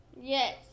Yes